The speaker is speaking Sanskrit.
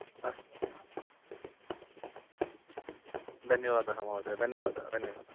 अस्तु धन्यवादः महोदय धन्यवादः धन्यवादः